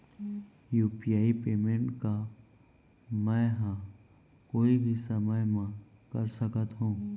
UPI payment का मैं ह कोई भी समय म कर सकत हो?